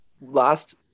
last